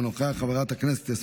חבר הכנסת ווליד טאהא,